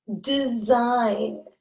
Design